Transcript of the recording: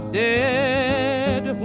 dead